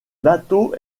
bateaux